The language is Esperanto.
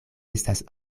estas